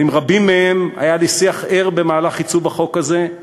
אבל עם רבים מהם היה לי שיח ער במהלך עיצוב החוק הזה: